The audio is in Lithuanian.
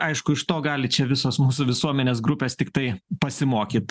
aišku iš to gali čia visos mūsų visuomenės grupės tiktai pasimokyt